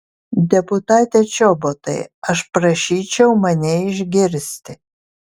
deputate čobotai aš prašyčiau mane išgirsti